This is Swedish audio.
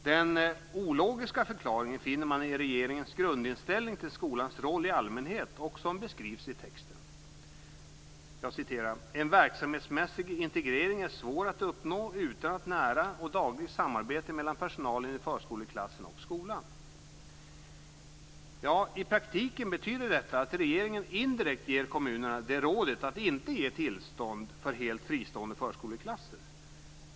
Den ologiska förklaringen finner man i regeringens grundinställning till skolans roll i allmänhet och som beskrivs i texten: "En verksamhetsmässig integrering är svår att uppnå utan ett nära och dagligt samarbete mellan personalen i förskoleklassen och skolan." I praktiken betyder detta att regeringen indirekt ger kommunerna det rådet att inte ge tillstånd för helt fristående förskoleklasser.